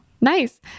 Nice